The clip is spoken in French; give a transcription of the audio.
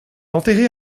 enterré